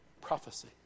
Prophecy